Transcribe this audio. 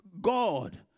God